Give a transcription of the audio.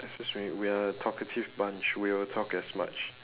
excuse me we are a talkative bunch we will talk as much